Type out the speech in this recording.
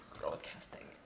Broadcasting